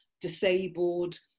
disabled